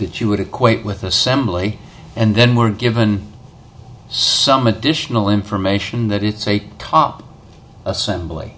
that you would equate with assembly and then more given some additional information that it's a top assembly